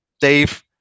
Dave